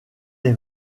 est